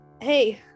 Hey